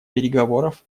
переговоров